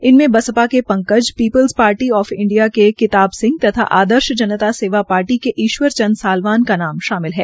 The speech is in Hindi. इनमें बसपा के Pankaj people's party of India के किताब सिंह और आदर्श जनता सेवा पार्टी के ईश्वर चंद सालवन का नाम शामिल है